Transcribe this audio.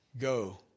Go